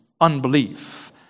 unbelief